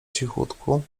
cichutku